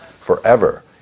forever